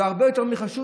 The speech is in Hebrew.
והרבה יותר מחשוד,